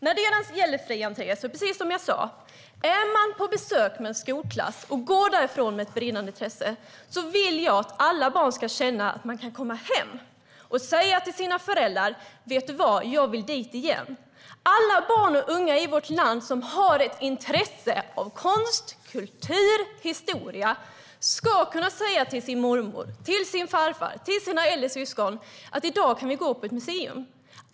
När det gäller fri entré är det precis som jag sa. Är man på besök med en skolklass och går från ett museum med ett brinnande intresse vill jag att alla barn ska känna att de kan komma hem och säga till sina föräldrar: Vet ni vad, jag vill dit igen. Alla barn och unga i vårt land som har ett intresse för konst, kultur och historia ska kunna säga till sin mormor, till sin farfar och till sina äldre syskon: I dag kan vi gå på ett museum.